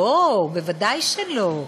לא, בוודאי שלא.